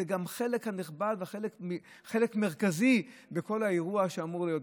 זה חלק נכבד וחלק מרכזי בכל האירוע שאמור להיות.